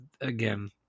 again